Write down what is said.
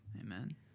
Amen